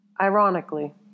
Ironically